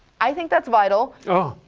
i think that's vital. oh.